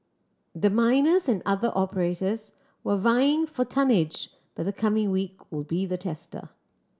the miners and other operators were vying for tonnage but the coming week will be the tester